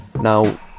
now